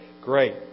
Great